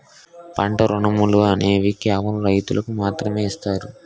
పంట రుణాలు అనేవి కేవలం రైతులకు మాత్రమే ఇస్తారు